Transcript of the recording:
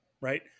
right